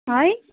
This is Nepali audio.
है